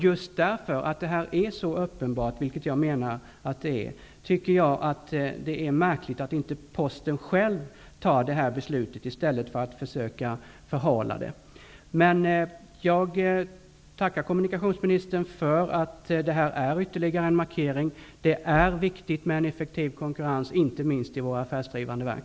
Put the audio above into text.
Just för att detta är så uppenbart, vilket jag menar att det är, är det märkligt att inte Posten själv fattar det beslutet i stället för att försöka förhala det. Jag tackar kommunikationsministern för att detta är ytterligare en markering. Det är viktigt med en effektiv konkurrens, inte minst i våra affärsdrivande verk.